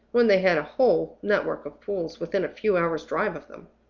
when they had a whole network of pools within a few hours' drive of them?